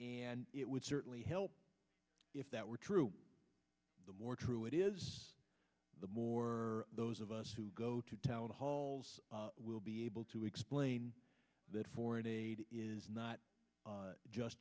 would certainly help if that were true the more true it is the more those of us who go to town halls will be able to explain that foreign aid is not just